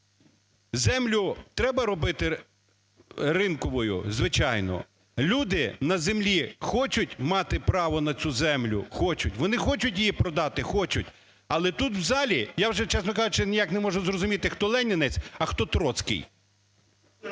Землю треба робити ринковою? Звичайно. Люди на землі хочуть мати право на цю землю? Хочуть. Вони хочуть її продати? Хочуть. Але тут у залі, я вже, чесно кажучи, ніяк не можу зрозуміти, хто "ленінець", а хто "троцький",